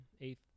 eighth